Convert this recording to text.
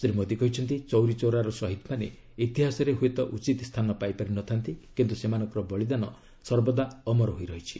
ଶ୍ରୀ ମୋଦୀ କହିଛନ୍ତି ଚୌରୀ ଚୌରାର ଶହୀଦମାନେ ଇତିହାସରେ ହୁଏତ ଉଚିତ୍ ସ୍ଥାନ ପାଇପାରି ନଥାନ୍ତି କିନ୍ତୁ ସେମାନଙ୍କର ବଳିଦାନ ସର୍ବଦା ଅମର ହୋଇ ରହିଛି